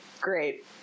great